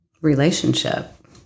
relationship